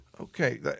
okay